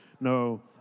no